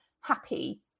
happy